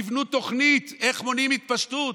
תבנו תוכנית איך מונעים התפשטות.